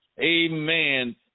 Amen